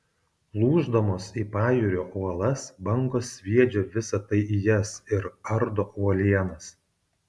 lūždamos į pajūrio uolas bangos sviedžia visa tai į jas ir ardo uolienas